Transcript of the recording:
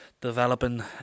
developing